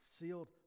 sealed